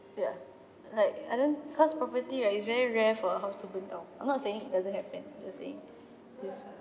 ya like I don't cause property right it's very rare for a house to burn down I'm not saying it doesn't happen just saying this